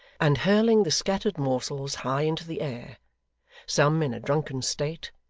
and hurling the scattered morsels high into the air some in a drunken state,